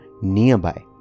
Nearby